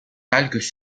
algues